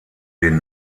den